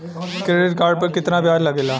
Credit card पर कितना ब्याज लगेला?